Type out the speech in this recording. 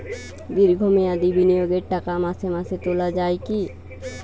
দীর্ঘ মেয়াদি বিনিয়োগের টাকা মাসে মাসে তোলা যায় কি?